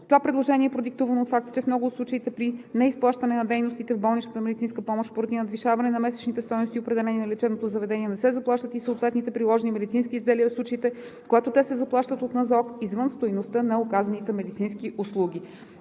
Това предложение е продиктувано от факта, че в много от случаите, при неизплащане на дейности в болничната медицинска помощ, поради надвишаване на месечните стойности, определени на лечебното заведение, не се заплащат и съответните приложени медицински изделия в случите, когато те се заплащат от НЗОК извън стойността на оказаните медицински услуги.